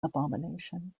abomination